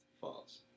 False